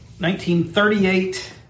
1938